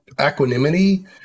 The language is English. equanimity